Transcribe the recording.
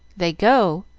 they go,